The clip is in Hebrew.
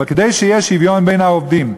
אבל כדי שיהיה שוויון בין העובדים,